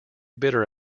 bitter